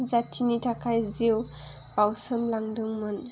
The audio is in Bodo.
जाथिनि थाखाय जिउ बाउसोम लांदोंमोन